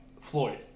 Floyd